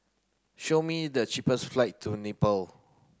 show me the cheapest flight to Nepal